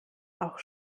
auch